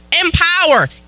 Empower